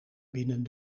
binnen